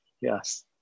Yes